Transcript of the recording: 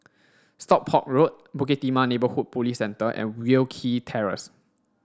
Stockport Road Bukit Timah Neighbourhood Police Centre and Wilkie Terrace